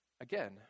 again